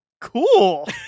cool